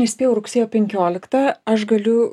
nespėjau rugsėjo penkioliktą aš galiu